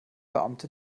beamte